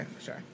sure